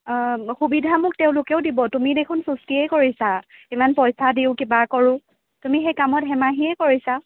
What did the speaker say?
সুবিধা মোক তেওঁলোকেও দিব তুমি দেখোন চুস্তিয়েই কৰিছা ইমান পইচা দিওঁ কিবা কৰোঁ তুমি সেই কামত হেমাহিয়ে কৰিছা